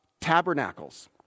tabernacles